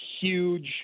huge